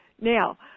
Now